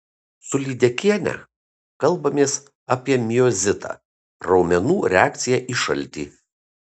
su lydekiene kalbamės apie miozitą raumenų reakciją į šaltį